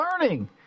learning